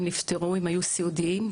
היו סיעודיים,